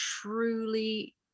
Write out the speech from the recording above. truly